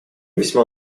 весьма